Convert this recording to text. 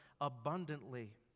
abundantly